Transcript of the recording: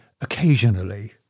occasionally